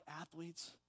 athletes